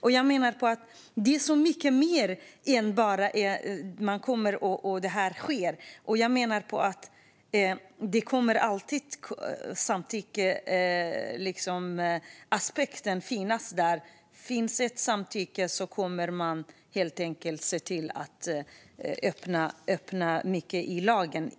Detta är så mycket mer än bara att det här sker. Samtyckesaspekten kommer alltid att finnas. Finns det samtycke kommer man att se till att öppna mycket i lagen.